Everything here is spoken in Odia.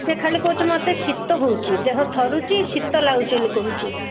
ସେ ଖାଲି କହୁଛି ମୋତେ ଶୀତ ହେଉଛି ଦେହ ଥରୁଛି ଶୀତ ଲାଗୁଛି ବୋଲି କହୁଛି